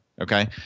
Okay